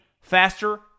faster